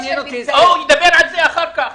הוא ידבר על זה אחר כך,